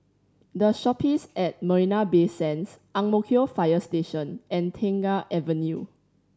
The Shoppes at Marina Bay Sands Ang Mo Kio Fire Station and Tengah Avenue